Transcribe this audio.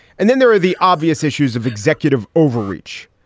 and then there are the obvious issues of executive overreach.